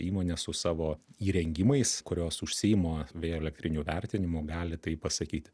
įmonės su savo įrengimais kurios užsiima vėjo elektrinių vertinimu gali tai pasakyti